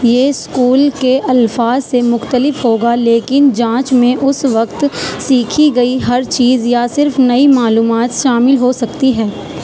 یہ اسکول کے الفاظ سے مختلف ہوگا لیکن جانچ میں اس وقت سیکھی گئی ہر چیز یا صرف نئی معلومات شامل ہو سکتی ہے